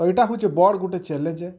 ଏଇଟା ହେଉଛେ୍ ବଡ଼୍ ଗୋଟେ ଚ୍ୟାଲେଞ୍ଜ